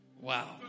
Wow